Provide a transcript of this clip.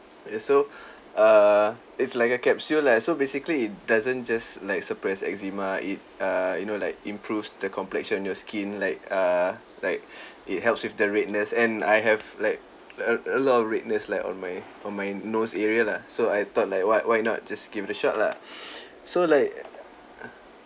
ya so err it's like a capsule lah so basically it doesn't just like suppress eczema it err you know like improves the complexion on your skin like uh like it helps with the redness and I have like a a lot of redness like on my on my nose area lah so I thought like why why not just give it a shot lah so like